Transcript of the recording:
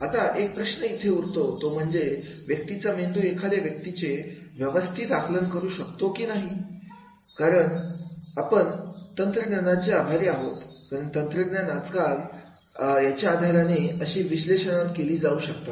आता एक प्रश्न इथे उरतो तो म्हणजे व्यक्तीचा मेंदू एखाद्या गोष्टीचे व्यवस्थित आकलन करू शकतो की नाही ही कारण पण आपण तंत्रज्ञानाचे आभारी आहोत कारण आजकाल तंत्रज्ञानाच्या आधारे अशी विश्लेषणात केली जातात